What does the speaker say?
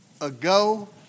ago